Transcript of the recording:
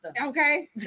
Okay